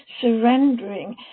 surrendering